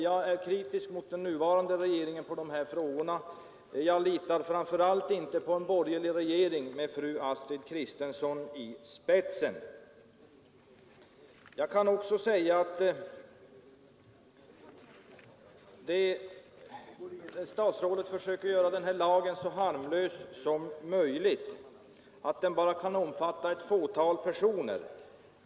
Jag är kritisk mot den nuvarande regeringen i de här frågorna. Jag litar framför allt inte på en borgerlig regering med fru Astrid Kristensson i spetsen. Statsrådet försöker göra den här lagen så harmlös som möjligt och gör gällande att den bara kan omfatta ett fåtal personer.